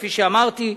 כפי שאמרתי.